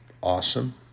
awesome